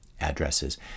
addresses